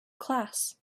class